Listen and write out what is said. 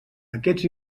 aquests